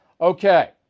Okay